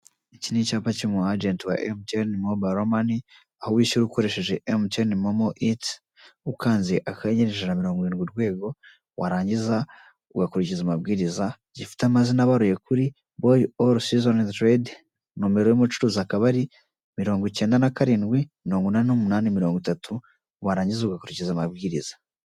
Aha ni mu kabari, akaba ari mu masaha ya ninjoro. Hicayemo abantu babiri bari kureba ku nyakiramashusho yabo umupira w'amaguru, ariko bananywa inzoga, ndetse n'inyuma y'inyakiramashusho hari inzoga zigiye zitandukanye z'amoko menshi cyane.